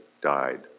died